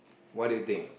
what do you think